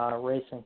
Racing